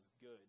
good